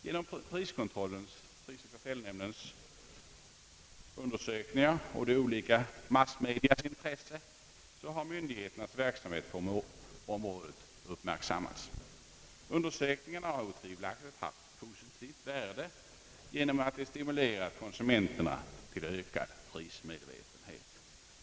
Genom prisoch kartellnämndens undersökningar och de olika massmediernas intresse har myndigheternas verksamhet på området på senare tid särskilt uppmärksammats. Undersökningarna har otvivelaktigt haft positivt värde genom att de stimulerat konsumenterna till ökad prismedvetenhet.